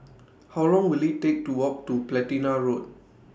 How Long Will IT Take to Walk to Platina Road